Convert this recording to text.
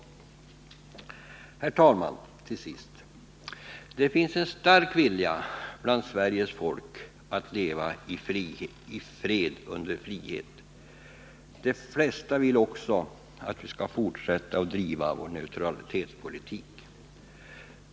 Till sist, herr talman, vill jag säga: Det finns en stark vilja bland Sveriges folk att leva i fred under frihet. De flesta vill också att vi skall fortsätta att driva vår neutralitetspolitik.